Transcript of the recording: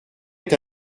est